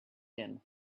been